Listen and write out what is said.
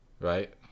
right